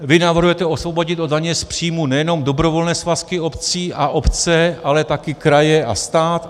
Vy navrhujete osvobodit od daně z příjmu nejenom dobrovolné svazky obcí a obce, ale taky kraje a stát.